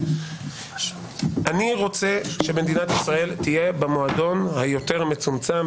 אני רוצה שמדינת ישראל תהיה במועדון היותר מצומצם,